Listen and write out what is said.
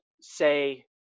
say